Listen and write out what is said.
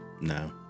No